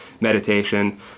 meditation